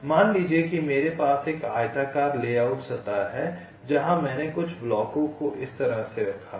मान लीजिए कि मेरे पास एक आयताकार लेआउट सतह है जहां मैंने कुछ ब्लॉकों को इस तरह रखा है